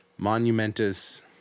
monumentous